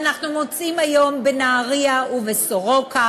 ואנחנו מוצאים היום בנהריה ובסורוקה,